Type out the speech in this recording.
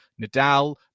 nadal